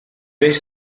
beş